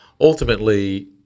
ultimately